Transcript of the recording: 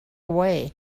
away